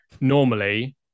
normally